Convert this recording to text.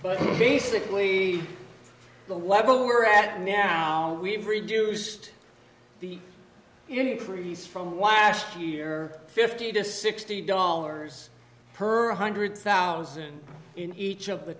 but basically what we're at now we've reduced the increase from last year fifty to sixty dollars per one hundred thousand in each of the